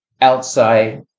outside